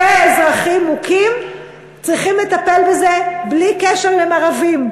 כשאזרחים מוכים צריכים לטפל בזה בלי קשר אם הם ערבים,